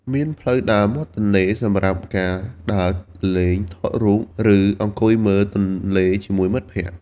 មានផ្លូវដើរមាត់ទន្លេ សម្រាប់ការដើរលេង ថតរូប ឬអង្គុយមើលទន្លេជាមួយមិត្តភក្តិ។